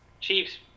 Chiefs